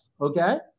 okay